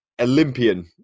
Olympian